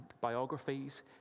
biographies